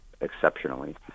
exceptionally